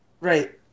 Right